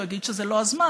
הוא יגיד שזה לא הזמן,